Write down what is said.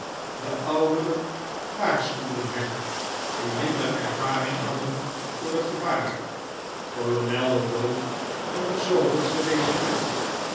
de ouderen waarschuwden hen die minder ervaring hadden voor het gevaar kolonel o'dowd van het de regiment